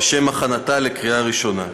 לשם הכנתה לקריאה ראשונה.